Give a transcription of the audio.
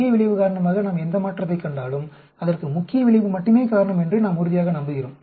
முக்கிய விளைவு காரணமாக நாம் எந்த மாற்றத்தைக் கண்டாலும் அதற்கு முக்கிய விளைவு மட்டுமே காரணம் என்று நாம் உறுதியாக நம்புகிறோம்